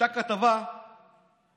הייתה כתבה בגלובס